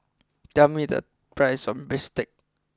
tell me the price of Bistake